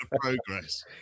progress